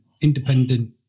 independent